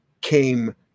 came